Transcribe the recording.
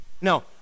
No